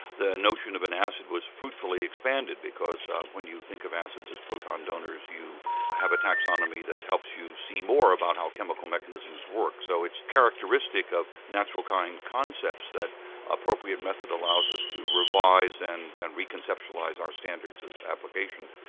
the notion of an acid was fruitfully expanded because when you think of acids as proton donors you have a taxonomy that helps you see more about how chemical mechanisms work. so it's characteristic of natural kind concepts that appropriate method allows us to revise and and reconceptualise our standards of application.